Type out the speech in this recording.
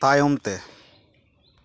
ᱛᱟᱭᱚᱢᱛᱮ